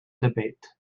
debate